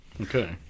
Okay